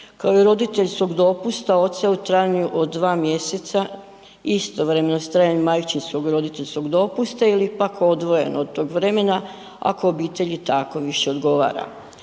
kao i roditeljskog dopusta oca u trajanju od 2 mjeseca istovremeno s trajanjem majčinskog roditeljskog dopusta ili pak odvojeno od tog vremena ako obitelji tako više odgovara.